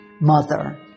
mother